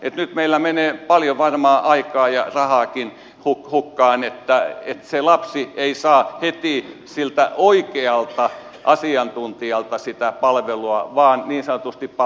nyt meillä menee paljon varmaan aikaa ja rahaakin hukkaan ja se lapsi ei saa heti siltä oikealta asiantuntijalta palvelua vaan niin sanotusti pallotetaan